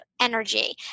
energy